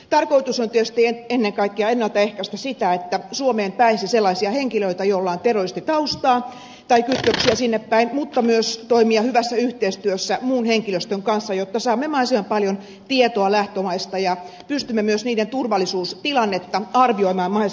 tarkoitus on tietysti ennen kaikkea ennalta ehkäistä sitä että suomeen pääsisi sellaisia henkilöitä joilla on terroristitaustaa tai kytköksiä sinnepäin mutta myös toimia hyvässä yhteistyössä muun henkilöstön kanssa jotta saamme mahdollisimman paljon tietoa lähtömaista ja pystymme myös niiden turvallisuustilannetta arvioimaan mahdollisimman hyvin